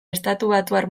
estatubatuar